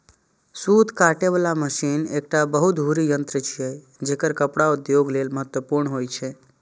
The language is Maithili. सूत काटे बला मशीन एकटा बहुधुरी यंत्र छियै, जेकर कपड़ा उद्योग लेल महत्वपूर्ण होइ छै